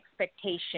expectation